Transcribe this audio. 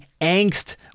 angst